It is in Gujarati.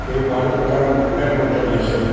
એવું મારુ પોતાનું અંગત મંતવ્ય છે